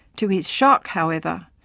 to his shock, however,